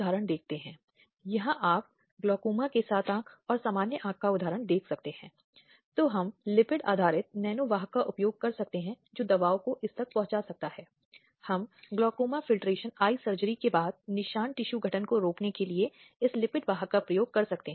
slide समय देखें 2310 यह साइबर स्पेस में भी हो सकता है कि इस तरह की पीछा करना होता है या इस शब्द का भौतिक अर्थ में भी पालन हो सकता है जहाँ शायद कोई पुरुष उस महिला का पीछा करता है या उस महिला को परेशान करता है या उस महिला को लगातार फोन करता है या महिला की हर हरकत पर नज़र रखता है जो पीछा करने के अपराध के भीतर आ सकता है